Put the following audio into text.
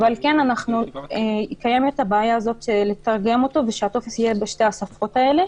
לכן קיימת הבעיה לתרגם אותו ושהטופס יהיה בשתי השפות האלה.